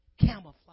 camouflage